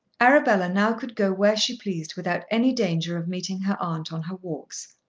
arabella now could go where she pleased without any danger of meeting her aunt on her walks.